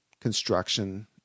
construction